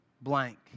blank